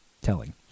Telling